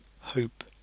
hope